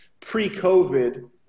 pre-COVID